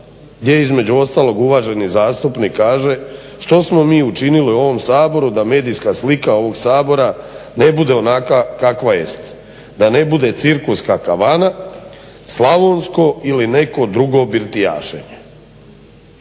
gdje između ostalog uvaženi zastupnik kaže što smo mi učinili u ovom Saboru da medijska slika ovog Sabora ne bude onakva kakva jest. Da ne bude cirkus kao karavana slavonsko ili neko drugo birtijašenje.